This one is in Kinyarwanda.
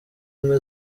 ubumwe